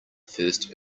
first